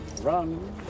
Run